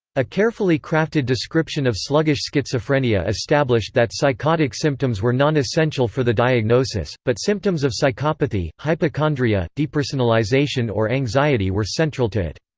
a carefully crafted description of sluggish schizophrenia established that psychotic symptoms were non-essential for the diagnosis, but symptoms of psychopathy, hypochondria, depersonalization or anxiety were central to it.